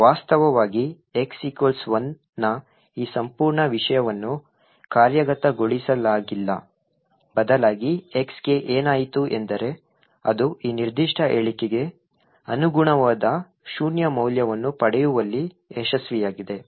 ವಾಸ್ತವವಾಗಿ x 1 ನ ಈ ಸಂಪೂರ್ಣ ವಿಷಯವನ್ನು ಕಾರ್ಯಗತಗೊಳಿಸಲಾಗಿಲ್ಲ ಬದಲಾಗಿ x ಗೆ ಏನಾಯಿತು ಎಂದರೆ ಅದು ಈ ನಿರ್ದಿಷ್ಟ ಹೇಳಿಕೆಗೆ ಅನುಗುಣವಾದ ಶೂನ್ಯ ಮೌಲ್ಯವನ್ನು ಪಡೆಯುವಲ್ಲಿ ಯಶಸ್ವಿಯಾಗಿದೆ